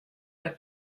wer